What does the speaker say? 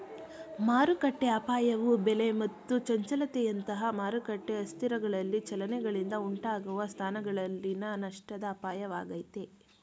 ಮಾರುಕಟ್ಟೆಅಪಾಯವು ಬೆಲೆ ಮತ್ತು ಚಂಚಲತೆಯಂತಹ ಮಾರುಕಟ್ಟೆ ಅಸ್ಥಿರಗಳಲ್ಲಿ ಚಲನೆಗಳಿಂದ ಉಂಟಾಗುವ ಸ್ಥಾನಗಳಲ್ಲಿನ ನಷ್ಟದ ಅಪಾಯವಾಗೈತೆ